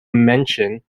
mention